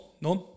None